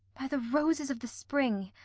by the roses of the spring,